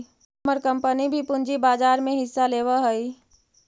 हमर कंपनी भी पूंजी बाजार में हिस्सा लेवअ हई